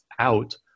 out